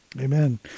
Amen